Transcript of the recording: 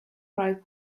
right